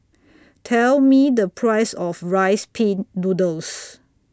Tell Me The Price of Rice Pin Noodles